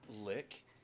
lick